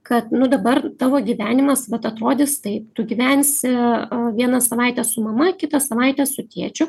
kad nu dabar tavo gyvenimas vat atrodys taip tu gyvensi vieną savaitę su mama kitą savaitę su tėčiu